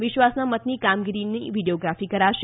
વિશ્વાસના મતની કામગીરીની વીડિયો ગ્રાફી કરાશે